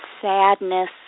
sadness